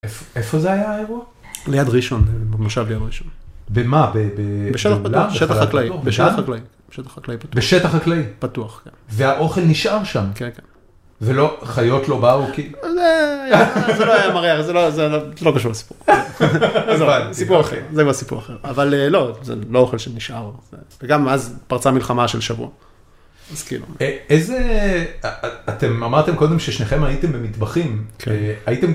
דובר 1: איפה זה היה האירוע? דובר 2: ליד ראשון, במושב ליד ראשון. דובר 1: במה? דובר 2:בשטח חקלאי. בשטח חקלאי. בשטח חקלאי פתוח. בשטח חקלאי. פתוח, כן. והאוכל נשאר שם? כן, כן. דובר 1: ולא, חיות לא באו כי? דובר 2: זה לא היה מריח, זה לא קשור לסיפור. סיפור אחר. זה גם סיפור אחר. אבל לא, זה לא אוכל שנשאר. וגם אז פרצה מלחמה של שבוע. אז כאילו. דובר 1: איזה... אתם אמרתם קודם ששניכם הייתם במטבחים. דובר 2: כן, כן.